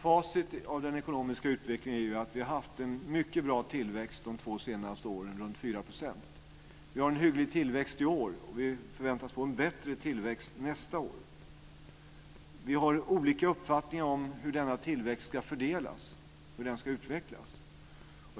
Facit av den ekonomiska utvecklingen är att vi har haft en mycket bra tillväxt de två senaste åren - runt 4 %. Vi har en hygglig tillväxt i år, och vi förväntas få en bättre tillväxt nästa år. Vi har olika uppfattningar om hur denna tillväxt ska fördelas och utvecklas.